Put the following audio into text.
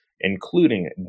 including